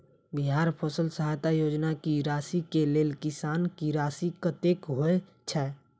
बिहार फसल सहायता योजना की राशि केँ लेल किसान की राशि कतेक होए छै?